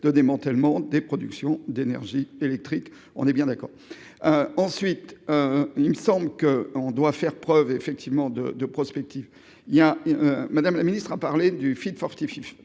de démantèlement des productions d'énergie électrique, on est bien d'accord, ensuite, il me semble que, on doit faire preuve effectivement de de prospective, il y a madame la ministre a parlé du film fortifie